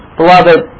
Beloved